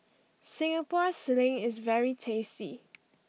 Singapore Sling is very tasty